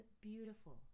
beautiful